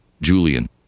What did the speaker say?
julian